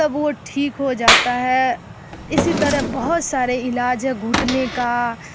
تب وہ ٹھیک ہو جاتا ہے اسی طرح بہت سارے علاج ہے گھٹنے کا